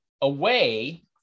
Away